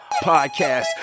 Podcast